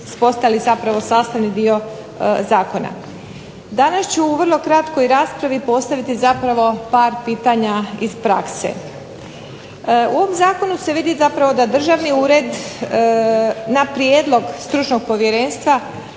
postali su zapravo sastavni dio Zakona. Danas ću u vrlo kratkoj raspravi postaviti zapravo par pitanja iz prakse. U ovom zakonu se vidi zapravo da državni ured na prijedlog stručnog povjerenstva